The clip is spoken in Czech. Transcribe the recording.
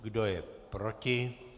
Kdo je proti?